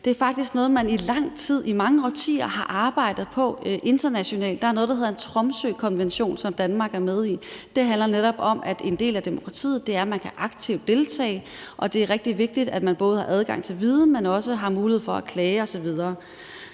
Det er faktisk noget, man i lang tid, i mange årtier, har arbejdet på internationalt. Der er noget, der hedder en Tromsøkonvention, som Danmark er med i, og det handler netop om, at en del af demokratiet er, at man aktivt kan deltage, og at det er rigtig vigtigt, at man både har adgang til viden, men også har mulighed for at klage osv.